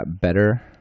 better